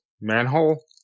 Manhole